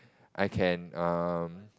I can um